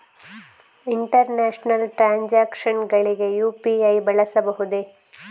International transactions ಗಳಿಗೆ UPI ಬಳಸಬಹುದೇ?